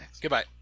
Goodbye